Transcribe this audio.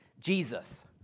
Jesus